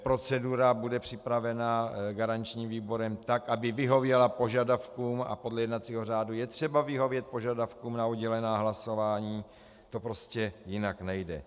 Procedura bude připravena garančním výborem tak, aby vyhověla požadavkům, a podle jednacího řádu je třeba vyhovět požadavkům na oddělená hlasování, to prostě jinak nejde.